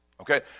okay